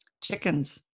chickens